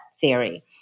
theory